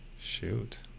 Shoot